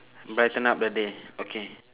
brighten up the day okay